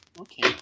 okay